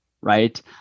right